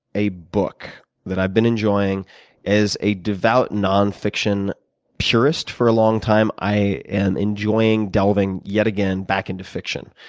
a book that i've been enjoying as a devout non-fiction purist for a long time, i am enjoying delving yet again back into fiction.